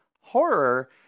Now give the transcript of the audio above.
horror